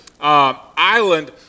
island